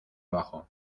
abajo